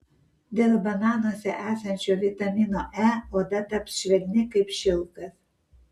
dėl bananuose esančio vitamino e oda taps švelni kaip šilkas